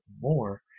more